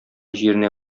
җиренә